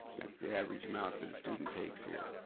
that's the average amount that a student takes here.